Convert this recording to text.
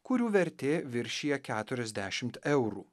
kurių vertė viršija keturiasdešimt eurų